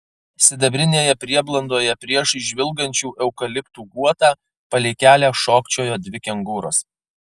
sidabrinėje prieblandoje priešais žvilgančių eukaliptų guotą palei kelią šokčiojo dvi kengūros